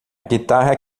guitarra